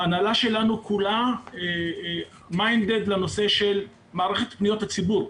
ההנהלה שלנו כולה מיינדד לנושא של מערכת פניות הציבור.